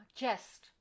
chest